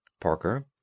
Parker